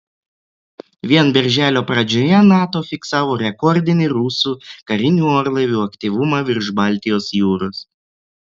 vien birželio pradžioje nato fiksavo rekordinį rusų karinių orlaivių aktyvumą virš baltijos jūros